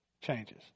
changes